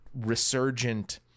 resurgent